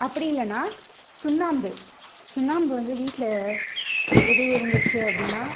அப்படி இல்லைன்னா சுண்ணாம்பு சுண்ணாம்பு வந்து வீட்டில் எதுவும் இருந்துச்சு அப்படின்னா